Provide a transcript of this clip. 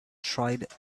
tried